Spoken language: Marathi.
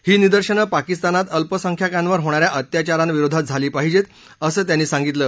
ही निदर्शनं पाकिस्तानात अल्पसंख्याकांवर होणाऱ्या अत्याचारांविरोधात झाली पाहिजेत असं त्यांनी सांगितलं